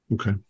Okay